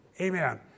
Amen